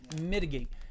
mitigate